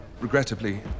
regrettably